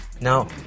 Now